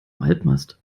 halbmast